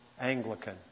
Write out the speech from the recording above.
Anglican